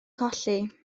colli